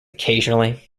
occasionally